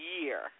year